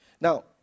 Now